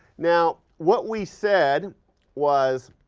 now, what we said was,